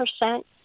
percent